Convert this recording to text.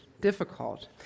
difficult